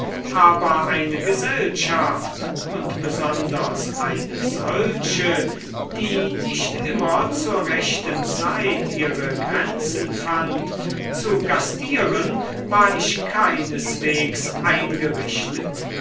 aber eine gesellschaft und besonders eine solche die nicht immer zur rechten zeit ihre grenzen fand zu gastieren war ich keineswegs eingerichtet